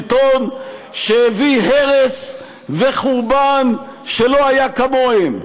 שלטון שהביא הרס וחורבן שלא היו כמוהם,